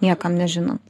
niekam nežinant